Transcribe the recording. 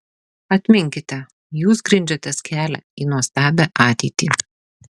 atminkite jūs grindžiatės kelią į nuostabią ateitį